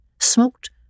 smoked